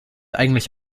eigentlich